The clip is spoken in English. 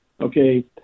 Okay